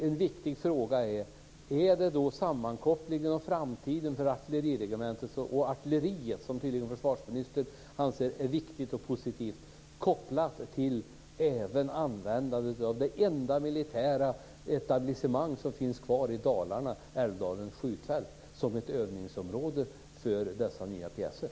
En viktig fråga är: Är framtiden för artilleriregementet och artilleriet, som försvarsministern tydligen anser är viktigt och positivt, kopplad till användandet av det enda militära etablissemang som finns kvar i Dalarna, nämligen Älvdalens skjutfält, som ett övningsområde för dessa nya pjäser?